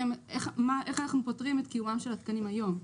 איך אנחנו פותרים את קיומם של התקנים היום?